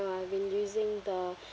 I've been using the